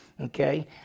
Okay